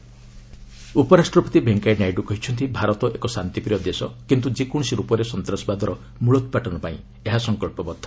Naidu terror ଉପରାଷ୍ଟ୍ରପତି ଭେଙ୍କୟା ନାଇଡ଼ୁ କହିଛନ୍ତି ଭାରତ ଏକ ଶାନ୍ତିପ୍ରିୟ ଦେଶ କିନ୍ତୁ ଯେକୌଣସି ରୂପରେ ସନ୍ତାସବାଦର ମୂଳୋତ୍ପାଟନ ପାଇଁ ଏହା ସଂକଳ୍ପବଦ୍ଧ